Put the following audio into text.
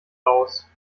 aus